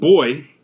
boy